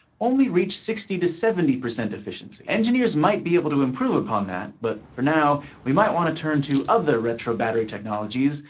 only reach sixty to seventy percent efficiency. engineers might be able to improve upon that, but for now, we might want to turn to other retro battery technologies,